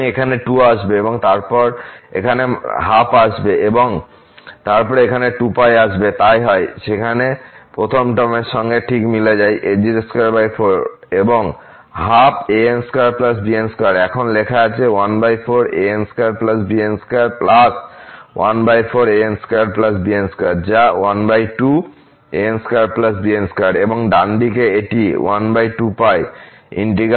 সুতরাং এখানে 2 আসবে তারপর এখানে 12 আসবে এবং তারপর এখানে 2 π আসবে তাই হয় এই যেখানে প্রথম টার্ম এর সঙ্গে ঠিক মিলে হয় a024 এবং এখন লেখা আছে যা এবং ডান দিকে এটি